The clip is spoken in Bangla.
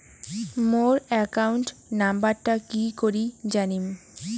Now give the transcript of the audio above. মোর একাউন্ট নাম্বারটা কি করি জানিম?